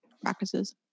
practices